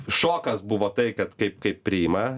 šokas buvo tai kad kaip kaip priima